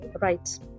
right